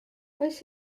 oes